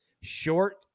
short